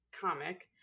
comic